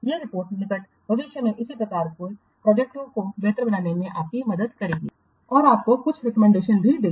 ये रिपोर्ट निकट भविष्य में इसी प्रकार की प्रोजेक्टओं के लिए कुछ रिकमेंडेशन भी देगी